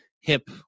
hip